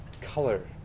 color